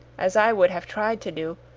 as i would have tried to do,